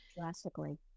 Drastically